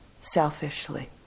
selfishly